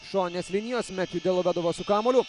šoninės linijos metju delovedova su kamuoliu